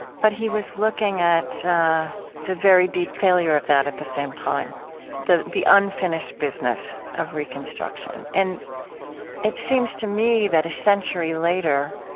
but he was looking at the very deep failure of that at the same time the the unfinished business of reconstruction. and it seems to me that a century later,